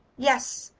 yes,